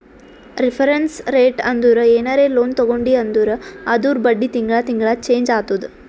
reference rate ಅಂದುರ್ ಏನರೇ loan ತಗೊಂಡಿ ಅಂದುರ್ ಅದೂರ್ ಬಡ್ಡಿ ತಿಂಗಳಾ ತಿಂಗಳಾ ಚೆಂಜ್ ಆತ್ತುದ